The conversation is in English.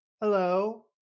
hello